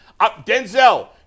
Denzel